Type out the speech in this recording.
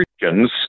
Christians